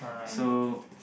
so